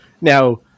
Now